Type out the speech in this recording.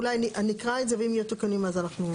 אולי אני אקרא את זה ואם יהיו תיקונים אז אנחנו.